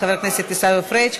תודה רבה לחבר הכנסת עיסאווי פריג'.